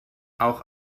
auch